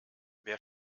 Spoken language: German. wer